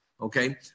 okay